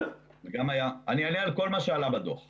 אני אענה על כל מה שעלה בדוח המבקר.